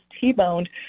T-boned